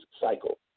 cycle